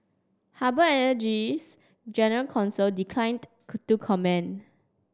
harbour energy's general counsel declined to comment